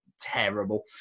Terrible